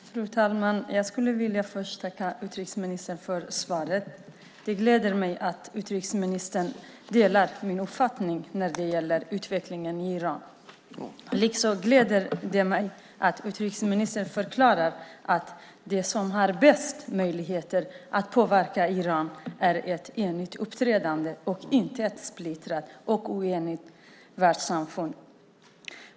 Fru talman! Jag skulle först vilja tacka utrikesministern för svaret. Det gläder mig att utrikesministern delar min uppfattning när det gäller utvecklingen i Iran. Likaså gläder det mig att utrikesministern förklarar att det som har bäst möjligheter att påverka Iran är ett enigt uppträdande och inte ett splittrat och oenigt världssamfund.